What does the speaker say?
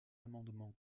amendement